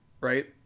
right